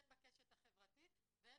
הן בקשת החברתית והן